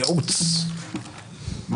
אני